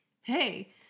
hey